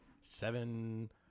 seven